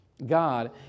God